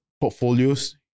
portfolios